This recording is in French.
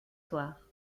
soir